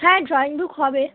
হ্যাঁ drawing book হবে